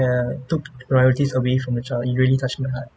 err took priorities away from the child it really touched my heart